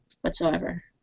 whatsoever